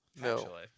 No